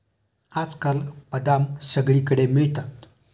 आजकाल बदाम सगळीकडे मिळतात